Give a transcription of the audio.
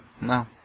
No